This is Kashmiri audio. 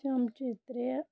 چَمچہِ ترٛےٚ